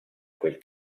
quel